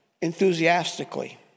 enthusiastically